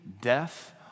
death